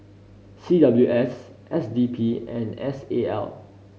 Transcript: C W S S D P and S A L